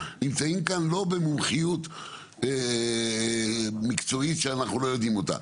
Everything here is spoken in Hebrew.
זו לא מומחיות מקצועית שאנחנו לא יודעים אותה.